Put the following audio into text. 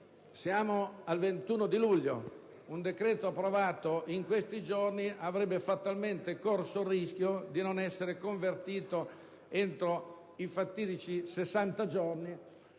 siamo al 21 luglio e un decreto emanato in questi giorni avrebbe fatalmente corso il rischio di non essere convertito entro i fatidici 60 giorni,